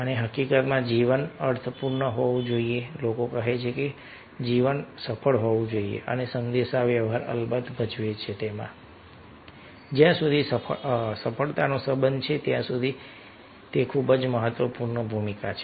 અને હકીકતમાં જીવન અર્થપૂર્ણ હોવું જોઈએ લોકો કહે છે કે જીવન જીવન સફળ હોવું જોઈએ અને સંદેશાવ્યવહાર અલબત્ત ભજવે છે જ્યાં સુધી સફળતાનો સંબંધ છે ત્યાં સુધી ખૂબ જ મહત્વપૂર્ણ ભૂમિકા છે